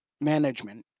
management